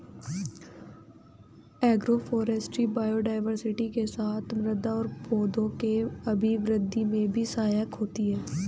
agroforestry biodiversity के साथ साथ मृदा और पौधों के अभिवृद्धि में भी सहायक होती है